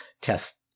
test